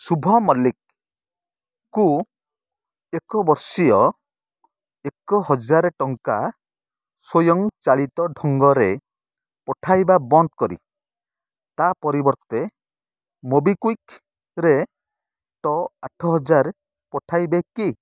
ଶୁଭ ମଲ୍ଲିକ୍କୁ ଏକ ବର୍ଷୀୟ ଏକହଜାର ଟଙ୍କା ସ୍ୱୟଂଚାଳିତ ଢଙ୍ଗରେ ପଠାଇବା ବନ୍ଦ କରି ତାପରିବର୍ତ୍ତେ ମୋବିକ୍ଵିକ୍ରେ ଟ ଆଠହଜାର ପଠାଇବେ କି